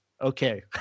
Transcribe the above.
Okay